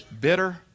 bitter